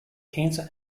cancer